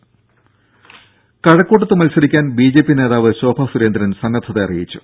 ദേദ കഴക്കൂട്ടത്ത് മത്സരിക്കാൻ ബി ജെ പി നേതാവ് ശോഭാ സുരേന്ദ്രൻ സന്നദ്ധത അറിയിച്ചു